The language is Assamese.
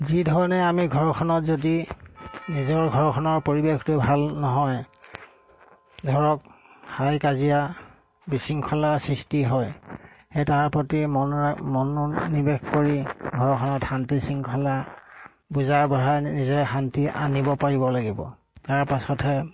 যিধৰণে আমি ঘৰখনত যদি নিজৰ ঘৰখনৰ পৰিৱেশটো ভাল নহয় ধৰক হাই কাজিয়া বিশৃংখল সৃষ্টি হয় সেই তাৰ প্ৰতি মন মনোনিৱেশ কৰি ঘৰখনত শান্তিৰ শৃংখলা বুজা বঢ়াই নিজে শান্তি আনিব পাৰিব লাগিব তাৰ পাছতহে